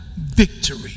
victory